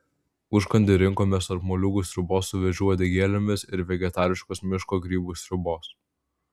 užkandį rinkomės tarp moliūgų sriubos su vėžių uodegėlėmis ir vegetariškos miško grybų sriubos